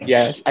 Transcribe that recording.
Yes